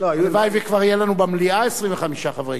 הלוואי שכבר יהיו לנו במליאה 25 חברי כנסת,